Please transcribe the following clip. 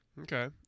Okay